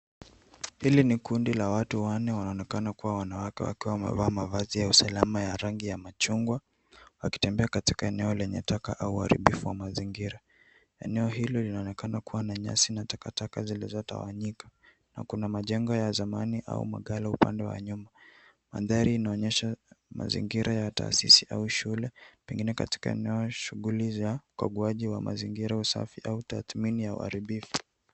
Hili ni kundi la watu wanne wanaonekana kuwa wanawake wakiwa wamevaa mavazi ya usalama ya rangi ya machungwa wakitembea kwenye eneo lenye taka au uharibifu wa mazingira. Eneo hili linaonekana kuwa na nyasi na takataka zilizotawanyika na kuna majengo za zamani au maghala upande wa nyuma. Mandhari inaonyesha mazingira ya tasisi au shule pengine katika eneo shughuli ya ukaguaji wa mazingira usafi au tathmini ya uharibifu.